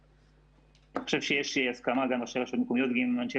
--- אני חושב שיש הסכמה גם בשאלה --- עם אנשי